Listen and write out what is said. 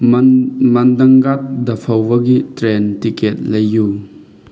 ꯃꯟꯗꯪꯒꯥꯗ ꯗ ꯐꯥꯎꯕꯒꯤ train ticket ꯂꯩꯌꯨ